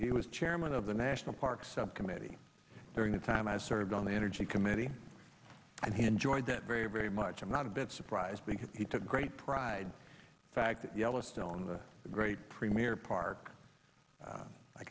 he was chairman of the national parks subcommittee during the time i served on the energy committee and he enjoyed that very very much i'm not a bit surprised because he took great pride the fact that yellowstone the great premier park